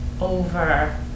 over